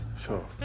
Sure